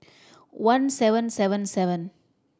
one seven seven seven